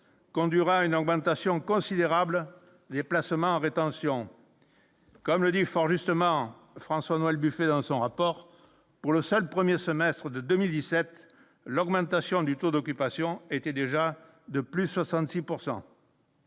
conduire à une augmentation considérable des placements en rétention. Comme le dit fort justement François-Noël Buffet dans son rapport pour le seul 1er semestre de 2017 l'augmentation du taux d'occupation étaient déjà de plus 66